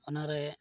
ᱚᱱᱟᱨᱮ